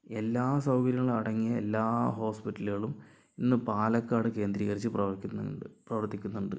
എല്ലാ സൗകര്യങ്ങളും അടങ്ങിയ എല്ലാ ഹോസ്പിറ്റലുകളും ഇന്ന് പാലക്കാട് കേന്ദ്രീകരിച്ച് പ്രവർത്തിക്കുന്നുണ്ട്